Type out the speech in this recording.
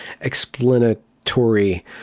explanatory